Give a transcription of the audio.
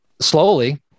slowly